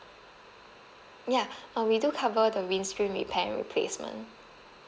ya uh we do cover the windscreen repair and replacement